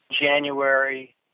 January